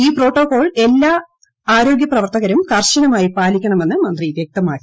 ഈ പ്രോട്ടോകോൾ എല്ലാ ആരോഗ്യൂ പ്ലവർത്തകരും കർശനമായി പാലിക്കണമെന്ന് മന്ത്രി വ്യക്തമാക്കി